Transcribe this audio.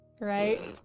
Right